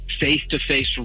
face-to-face